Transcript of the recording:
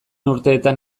urteetan